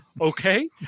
okay